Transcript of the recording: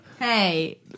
Hey